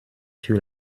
sur